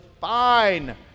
fine